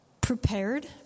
prepared